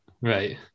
Right